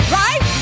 right